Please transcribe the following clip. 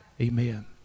amen